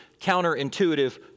counterintuitive